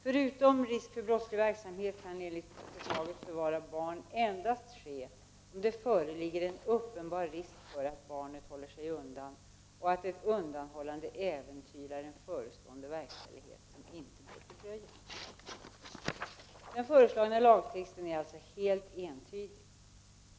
Förutom risk för brottslig verksamhet kan enligt förslaget förvar av barn endast ske om det föreligger en uppenbar risk för att barnet håller sig undan och att ett undanhållande äventyrar en förestående verkställighet som inte bör fördröjas. Den föreslagna lagtexten är alltså helt entydig.